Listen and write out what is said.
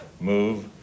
move